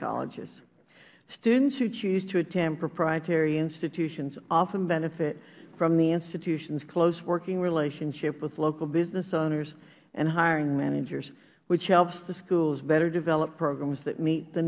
colleges students who choose to attend proprietary institutions often benefit from the institution's close working relationship with local business owners and hiring managers which helps the schools better develop programs that meet the